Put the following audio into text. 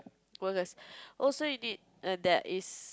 workers also you need there is